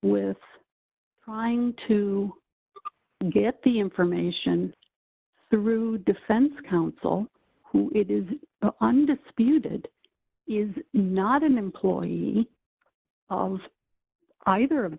with trying to get the information through defense counsel who it is undisputed is not an employee of either of